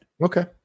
Okay